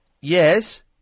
Yes